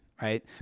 Right